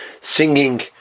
singing